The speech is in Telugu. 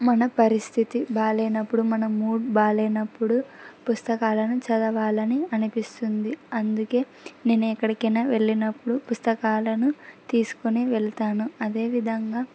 మన పరిస్థితి బాగలేనప్పుడు మన మూడ్ బాగలేనప్పుడు పుస్తకాలను చదవాలని అనిపిస్తుంది అందుకే నేను ఎక్కడికైనా వెళ్ళినప్పుడు పుస్తకాలను తీసుకుని వెళ్తాను అదేవిధంగా